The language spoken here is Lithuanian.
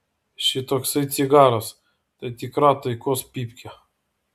šitoksai cigaras tai tikra taikos pypkė